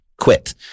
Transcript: Quit